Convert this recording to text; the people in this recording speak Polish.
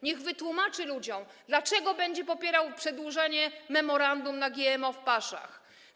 Niech wytłumaczy ludziom, dlaczego będzie popierał przedłużenie memorandum na GMO w paszach.